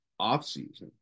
offseason